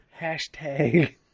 Hashtag